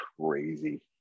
crazy